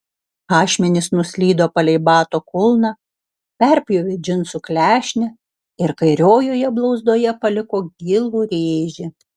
ašmenys nuslydo palei bato kulną perpjovė džinsų klešnę ir kairiojoje blauzdoje paliko gilų rėžį